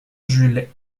jules